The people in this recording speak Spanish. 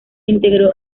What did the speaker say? integró